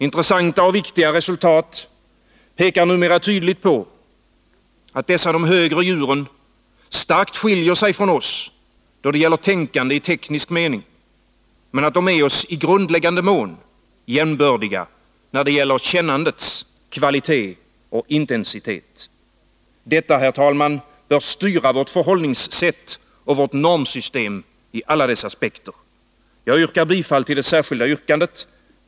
Intressanta och viktiga resultat pekar numera tydligt på att dessa de högre djuren starkt skiljer sig från oss då det gäller tänkande i teknisk mening, men att de är oss i grundläggande mån jämbördiga då det gäller kännandets kvalitet och intensitet. Detta, herr talman, bör styra vårt förhållningssätt och vårt normsystem i alla dess aspekter. Jag yrkar bifall till det särskilda yrkandet.